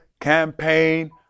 campaign